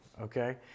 okay